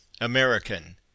American